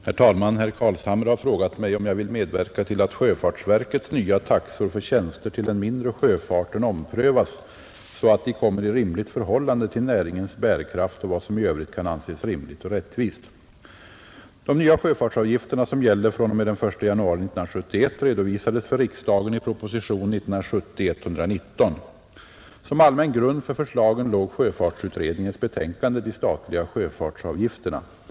Herr talman! Herr Carlshamre har frågat mig om jag vill medverka till att sjöfartsverkets nya taxor för tjänster till den mindre sjöfarten omprövas, så att de kommer i rimligt förhållande till näringens bärkraft och vad som i övrigt kan anses rimligt och rättvist. De nya sjöfartsavgifterna, som gäller fr.o.m. den 1 januari 1971, redovisades för riksdagen i propositionen 119 år 1970. Som allmän grund för förslagen låg sjöfartsutredningens betänkande De statliga sjöfartsavgifterna.